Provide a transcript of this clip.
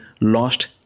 lost